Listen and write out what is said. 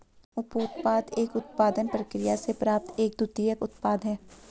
उपोत्पाद एक उत्पादन प्रक्रिया से प्राप्त एक द्वितीयक उत्पाद है